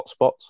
hotspots